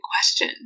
question